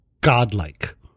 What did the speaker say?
godlike